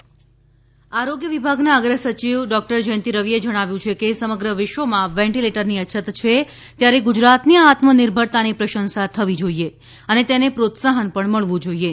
ધમણ ventilator આરોગ્ય વિભાગનાં અગ્ર સચિવ જયંતિ રવિએ જણાવ્યુ છે કે સમગ્ર વિશ્વમાં વેન્ટિલેટરની અછત છે ત્યારે ગુજરાતની આત્મનિર્ભરતાની પ્રશંસા થવી જોઈએ અને તેને પ્રોત્સાહન મળવું જોઈએ